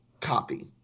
copy